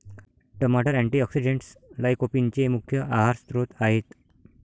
टमाटर अँटीऑक्सिडेंट्स लाइकोपीनचे मुख्य आहार स्त्रोत आहेत